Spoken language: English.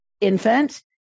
infant